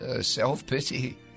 self-pity